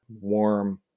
warm